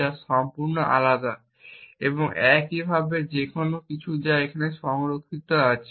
যা সম্পূর্ণ আলাদা এবং একইভাবে যেকোন কিছু যা এখানে সংরক্ষিত থাকে